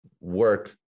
work